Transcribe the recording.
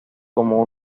como